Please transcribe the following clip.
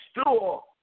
store